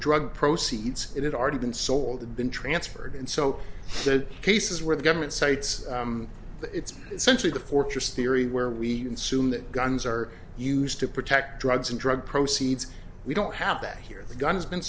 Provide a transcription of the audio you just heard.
drug proceeds it had already been sold been transferred and so the cases where the government cites that it's essentially the fortress theory where we assume that guns are used to protect drugs and drug proceeds we don't have that here the gun has been